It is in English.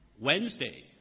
Wednesday